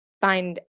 find